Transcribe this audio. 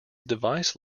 device